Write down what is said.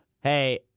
hey